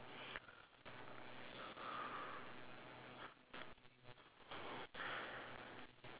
one two three four five six seven eight nine ten eleven K mine eh mine is thirteen